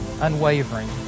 unwavering